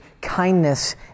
kindness